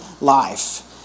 life